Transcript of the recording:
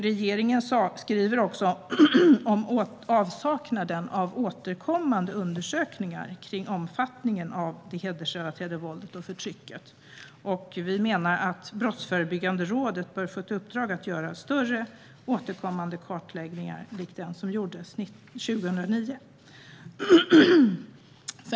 Regeringen skriver också om avsaknaden av återkommande undersökningar kring omfattningen av hedersrelaterat våld och förtryck, och vi menar att Brottsförebyggande rådet bör få ett uppdrag att göra större och återkommande kartläggningar likt den som gjordes 2009.